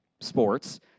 sports